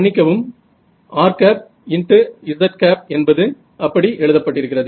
மன்னிக்கவும் rz என்பது அப்படி எழுதப்பட்டிருக்கிறது